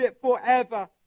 forever